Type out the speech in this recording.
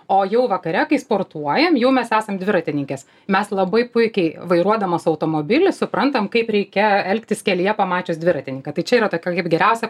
o jau vakare kai sportuojam jau mes esam dviratininkės mes labai puikiai vairuodamos automobilį suprantam kaip reikia elgtis kelyje pamačius dviratininką tai čia yra tokia kaip geriausia